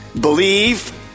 Believe